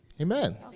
Amen